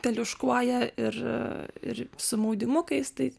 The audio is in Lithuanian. teliuškuoja ir ir su maudymukais tai